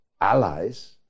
allies